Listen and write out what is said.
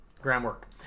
groundwork